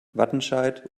wattenscheid